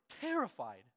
terrified